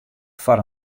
foar